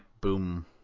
boom